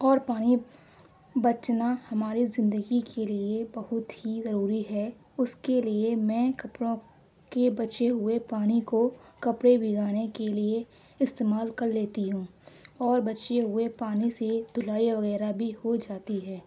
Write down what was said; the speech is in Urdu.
اور پانی بچنا ہماری زندگی کے لیے بہت ہی ضروری ہے اس کے لیے میں کپڑوں کے بچے ہوئے پانی کو کپڑے بھگانے کے لیے استعمال کر لیتی ہوں اور بچے ہوئے پانی سے دھلائی وغیرہ بھی ہو جاتی ہے